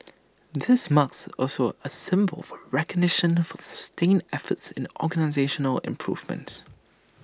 this marks also A symbol of recognition for sustained efforts in the organisational improvement